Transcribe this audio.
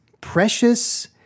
precious